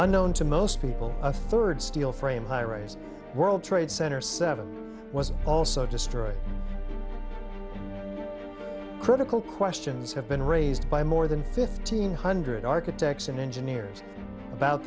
unknown to most people a third steel frame highrise world trade center seven was also destroyed critical questions have been raised by more than fifteen hundred architects and engineers about